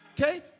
Okay